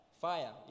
fire